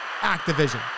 Activision